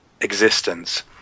existence